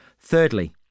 Thirdly